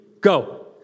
Go